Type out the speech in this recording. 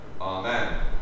Amen